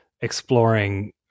exploring